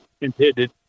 intended